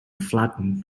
flattened